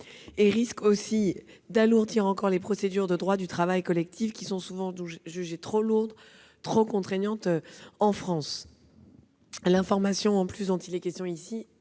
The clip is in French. et d'alourdir encore les procédures de droit du travail collectif, qui sont déjà souvent jugées trop lourdes et contraignantes en France. L'information dont il est question ici